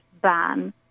ban